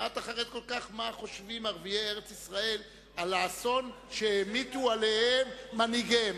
מה חושבים ערביי ארץ-ישראל על האסון שהמיטו עליהם מנהיגיהם?